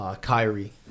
Kyrie